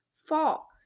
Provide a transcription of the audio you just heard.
fall